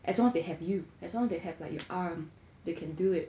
as long as they have you as long they have like your arm they can do it